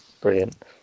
Brilliant